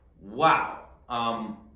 wow